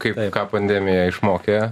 kaip ką pandemija išmokė